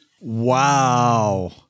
Wow